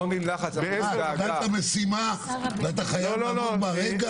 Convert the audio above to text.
קיבלת משימה ואתה חייב לעמוד בה?